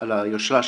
על היושרה שלנו.